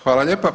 Hvala lijepa.